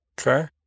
Okay